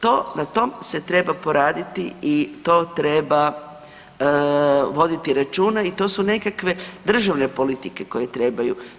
To, na tom se treba poraditi i to treba voditi računa i to su nekakve državne politike koje trebaju.